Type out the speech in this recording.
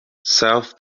south